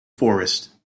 forest